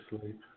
sleep